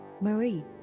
Marie